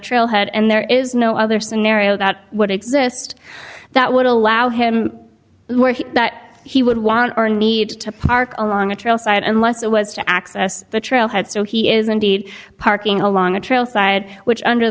trailhead and there is no other scenario that would exist that would allow him where he that he would want or need to park along a trail side unless it was to access the trailhead so he is indeed parking along a trail side which under